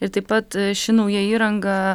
ir taip pat ši nauja įranga